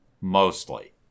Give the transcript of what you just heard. mostly